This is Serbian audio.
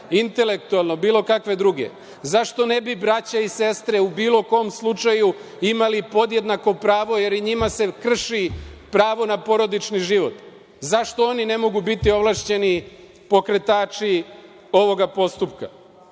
intelektualne, bilo kakve druge. Zašto ne bi braća i sestre u bilo kom slučaju imali podjednako pravo, jer i njima se krši pravo na porodični život? Zašto oni ne mogu biti ovlašćeni pokretači ovog postupka? Onda